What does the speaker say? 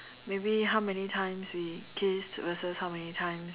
maybe how many times we kissed versus how many times